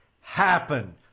happen